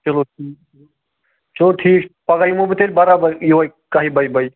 چلو ٹھیٖک چھُ چلو ٹھیٖک چھُ پگاہ یمو بہٕ تیٚلہِ برابر یُہے کَہہِ بَہہِ بَجہِ